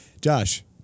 Josh